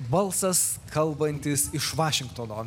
balsas kalbantis iš vašingtono